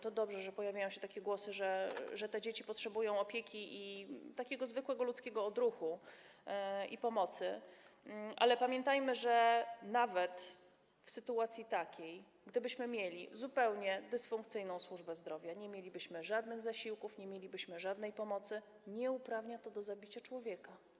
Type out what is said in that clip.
To dobrze, że pojawiają się takie głosy, że te dzieci potrzebują opieki i zwykłego ludzkiego odruchu i pomocy, pamiętajmy jednak, że nawet w sytuacji gdybyśmy mieli zupełnie dysfunkcyjną służbę zdrowia, nie mielibyśmy żadnych zasiłków, nie mielibyśmy żadnej pomocy, nie uprawnia to do zabicia człowieka.